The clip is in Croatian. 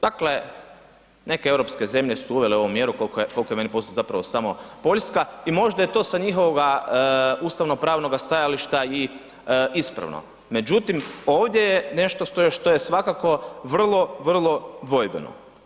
Dakle, neke europske zemlje su uvele ovu mjeru koliko je meni poznato, zapravo samo Poljska i možda je to sa njihovoga ustavno-pravnoga stajališta i ispravno međutim ovdje nešto što je svakako vrlo, vrlo dvojbeno.